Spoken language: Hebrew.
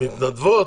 מתנדבות